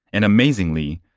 and amazingly,